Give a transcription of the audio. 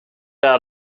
out